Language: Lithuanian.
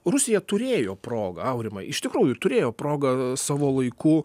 rusija turėjo progą aurimai iš tikrųjų turėjo progą savo laiku